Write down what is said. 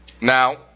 Now